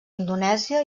indonèsia